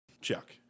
Chuck